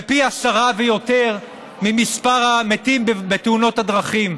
זה פי עשרה ויותר ממספר המתים בתאונות דרכים,